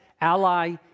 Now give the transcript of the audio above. ally